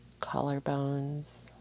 collarbones